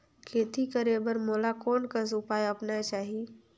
खेती करे बर मोला कोन कस उपाय अपनाये चाही?